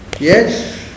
Yes